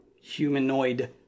humanoid